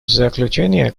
заключение